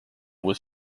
was